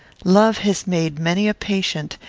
love has made many a patient,